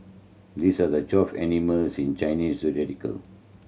this are the twelve animals in Chinese zodiacal